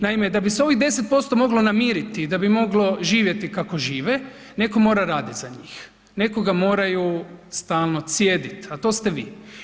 Naime, da bi se ovih 10% moglo namiriti i da bi moglo živjeti kako žive netko mora raditi za njih, nekoga moraju stalno cijediti, a to ste vi.